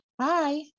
Hi